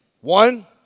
One